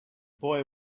boy